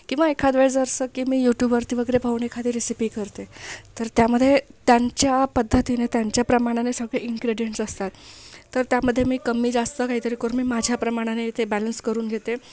किंवा एखाद वेळेस जर असं की मी युट्युबवरती वगैरे पाहून एखादी रेसिपी करते तर त्यामध्ये त्यांच्या पद्धतीने त्यांच्या प्रमाणाने सगळे इन्ग्रेडियंट्स असतात तर त्यामध्ये मी कमी जास्त काहीतरी करून मी माझ्या प्रमाणाने ते बॅलन्स करून घेते